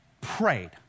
prayed